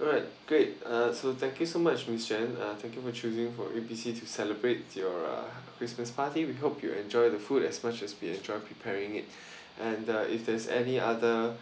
alright great uh so thank you so much miss jan uh thank you for choosing from A B C to celebrate your uh christmas party we hope you enjoy the food as much as we enjoy preparing it and uh if there's any other